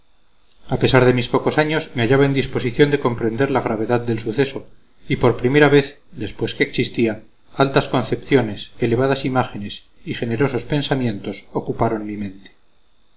a pesar de mis pocos años me hallaba en disposición de comprender la gravedad del suceso y por primera vez después que existía altas concepciones elevadas imágenes y generosos pensamientos ocuparon mi mente